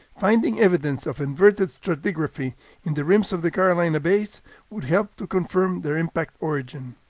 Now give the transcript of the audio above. finding evidence of inverted stratigraphy in the rims of the carolina bays would help to confirm their impact origin.